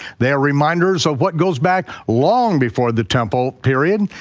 they are reminders of what goes back long before the temple period,